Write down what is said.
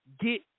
get